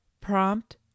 prompt